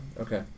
Okay